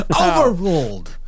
Overruled